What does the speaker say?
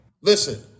listen